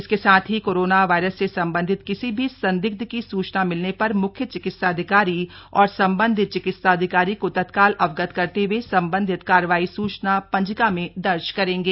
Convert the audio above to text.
इसके साथ ही कोरोना वायरस से सम्बन्धित किसी भी संदिग्ध की सूचना मिलने पर मुख्य चिकित्साधिकारी और सम्बन्धित चिकित्साधिकारी को तत्काल अवगत करते हुए सम्बन्धित कार्यवाही सूचना पंजिका में दर्ज करेंगे